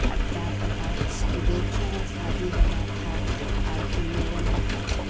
اور کیا پتہ دیکھے ہیں شادی ہو رہا تھا اور میرے میں ہوتا